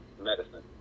medicine